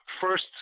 first